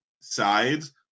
sides